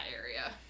area